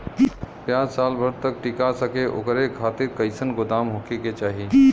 प्याज साल भर तक टीका सके ओकरे खातीर कइसन गोदाम होके के चाही?